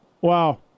wow